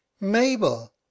Mabel